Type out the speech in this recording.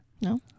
No